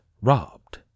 robbed